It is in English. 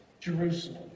Jerusalem